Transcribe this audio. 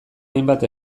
hainbat